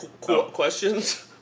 questions